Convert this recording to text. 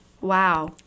Wow